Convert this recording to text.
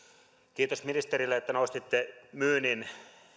kiitos ministerille että nostitte myynnin